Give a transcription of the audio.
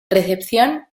recepción